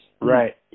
Right